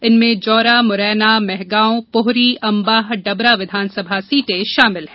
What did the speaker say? इनमें जौरा मुरैना मेहगांव पोहरी अंबाह डबरा विधानसभा सीटे शामिल हैं